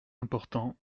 important